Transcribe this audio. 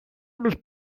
mich